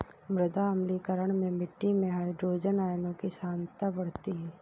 मृदा अम्लीकरण में मिट्टी में हाइड्रोजन आयनों की सांद्रता बढ़ती है